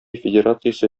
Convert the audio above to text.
федерациясе